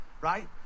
right